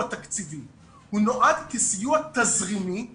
תקציבי אלא הוא נועד כסיוע תזרימי ולמי?